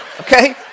okay